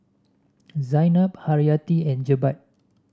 Zaynab Haryati and Jebat